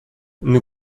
nous